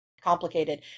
complicated